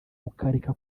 ukareka